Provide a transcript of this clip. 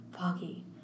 Foggy